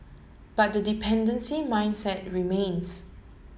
but the dependency mindset remains